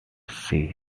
see